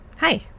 Hi